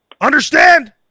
Understand